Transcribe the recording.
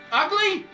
ugly